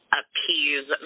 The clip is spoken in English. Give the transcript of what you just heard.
appease